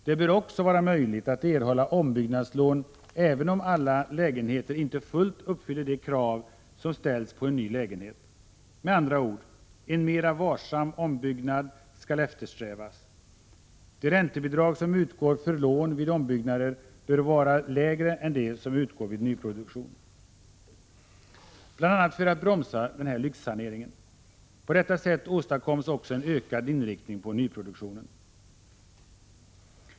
Det bör också vara möjligt att erhålla ombyggnadslån även om alla lägenheter inte fullt uppfyller de krav som ställs på en ny lägenhet. Med andra ord: en mer varsam ombyggnad skall eftersträvas. Det räntebidrag som utgår för lån vid ombyggnader bör vara lägre än det som utgår för nyproduktion, bl.a. för att bromsa lyxsaneringar. På detta sätt åstadkoms också en ökad inriktning på nyproduktion.